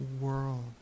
world